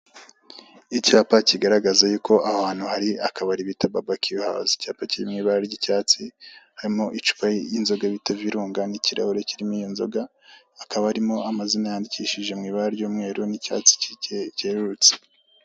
Icyapa kigaragaza yuko aho hantu hari akabari kitwa Barbecue house icyapa kiri mw'ibara ry'icyatsi harimo icupa y'inzoga bita Virunga n'ikirahure kirimo iyo nzoga hakaba harimo amazina yandikishize mw'ibara ry'umweru n'icyatsi cyerurutse.